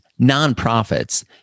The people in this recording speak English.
nonprofits